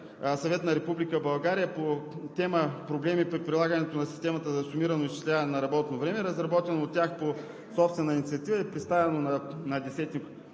съвет на Република България по тема „Проблеми при прилагането на системата за сумирано изчисляване на работно време“, разработена от тях по собствена инициатива и представено на 10